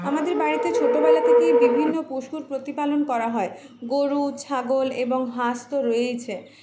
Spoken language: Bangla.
আমাদের বাড়িতে ছোটোবেলা থেকেই বিভিন্ন পশুর প্রতিপালন করা হয় গোরু ছাগল এবং হাঁস তো রয়েইছে